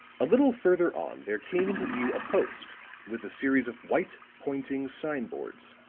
a little further on there came into view a post with a series of white, pointing sign-boards,